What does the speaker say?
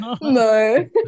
No